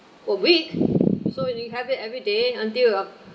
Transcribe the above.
or week so when you have it every day until you uh